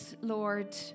Lord